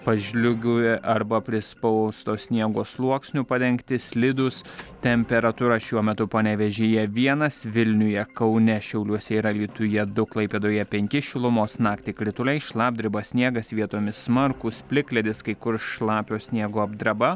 pažliugiu arba prispausto sniego sluoksniu padengti slidūs temperatūra šiuo metu panevėžyje vienas vilniuje kaune šiauliuose ir alytuje du klaipėdoje penki šilumos naktį krituliai šlapdriba sniegas vietomis smarkūs plikledis kai kur šlapio sniego apdraba